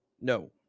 No